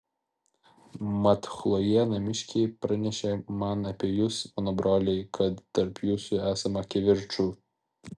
mat chlojė namiškiai pranešė man apie jus mano broliai kad tarp jūsų esama kivirčų